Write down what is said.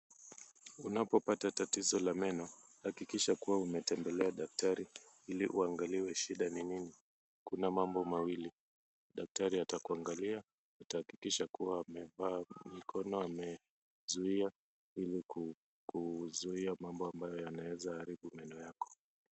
Unapopata tatizo la meno hakikisha kuwa umetembelea daktari ili uangaliwe shida ni nini ,kuna mambo mawili daktari atakuangalia atahakikisha kuwa amevaa mikono amezuia ili kuzuia mambo ambayo yanaweza kuharibu meno yako.